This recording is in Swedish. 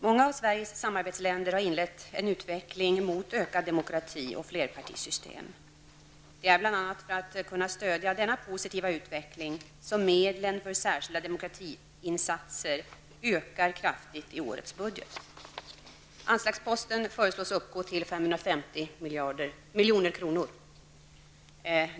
Många av Sveriges samarbetsländer har inlett en utveckling mot ökad demokrati och flerpartisystem. Det är bl.a. för att kunna stödja denna positiva utveckling som medlen för särskilda demokratiinsatser ökar kraftigt i årets budget. Anslagsposten föreslås uppgå till 550 milj.kr.